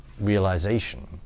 realization